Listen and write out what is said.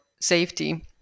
safety